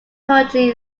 hurriedly